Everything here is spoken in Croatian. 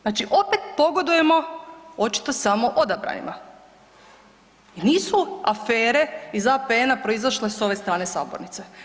Znači opet pogodujemo očito samo odabranima jer nisu afere iz APN-a proizašle s ove strane sabornice.